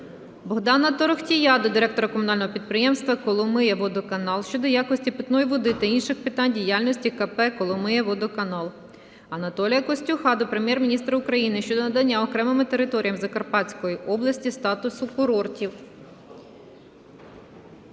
Богдана Торохтія до директора Комунального підприємства "Коломияводоканал щодо якості питної води та інших питань діяльності КП "Коломияводоканал". Анатолія Костюха до Прем'єр-міністра України щодо надання окремим територіям Закарпатської області статусу курортів.